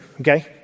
okay